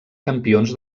campions